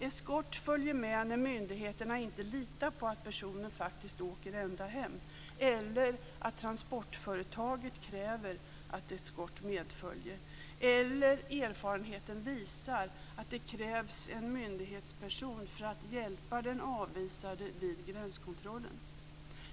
Eskort följer med när myndigheterna inte litar på att personen faktiskt åker ända hem eller om transportföretaget kräver att eskort medföljer eller erfarenheten visar att det krävs en myndighetsperson för att hjälpa den avvisade vid gränskontrollen.